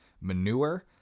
manure